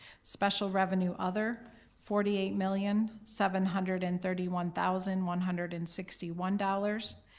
special revenue other forty eight million seven hundred and thirty one thousand one hundred and sixty one dollars,